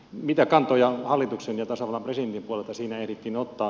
mitä kantoja hallituksen ja tasavallan presidentin puolelta siinä ehdittiin ottaa